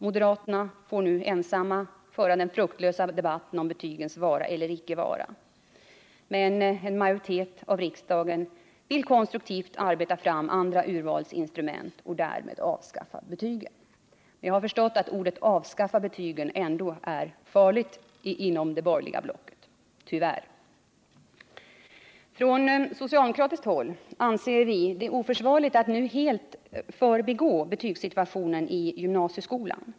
Moderaterna får nu ensamma föra den fruktlösa debatten om betygens vara eller icke vara, medan en majoritet av riksdagen konstruktivt vill arbeta fram andra urvalsinstrument och därmed avskaffa betygen. Jag har förstått att uttrycket ”avskaffa betygen” ändå är farligt inom det borgerliga blocket, tyvärr. Från socialdemokratiskt håll anser vi det oförsvarligt att nu helt förbigå betygssituationen i gymnasieskolan.